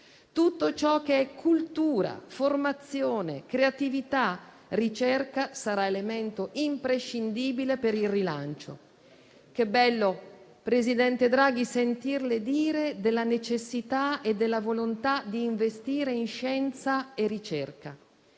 Tutto ciò che è cultura, formazione, creatività e ricerca sarà elemento imprescindibile per il rilancio. Che bello, presidente Draghi, sentirle dire della necessità e della volontà di investire in scienza e ricerca.